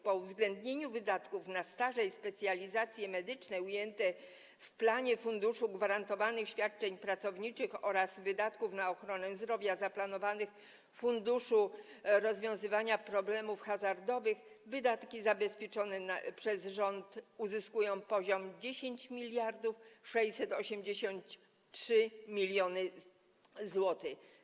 Po uwzględnieniu wydatków na staże i specjalizacje medyczne ujęte w planie Funduszu Gwarantowanych Świadczeń Pracowniczych oraz wydatków na ochronę zdrowia zaplanowanych w Funduszu Rozwiązywania Problemów Hazardowych wydatki zabezpieczone przez rząd uzyskują poziom 10 683 mln zł.